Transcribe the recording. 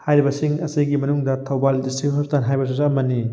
ꯍꯥꯏꯔꯤꯕꯁꯤꯡ ꯑꯁꯤꯒꯤ ꯃꯅꯨꯡꯗ ꯊꯧꯕꯥꯜ ꯗꯤꯁꯇ꯭ꯔꯤꯛ ꯍꯣꯁꯄꯤꯇꯥꯜ ꯍꯥꯏꯔꯤꯕꯁꯤꯁꯨ ꯑꯃꯅꯤ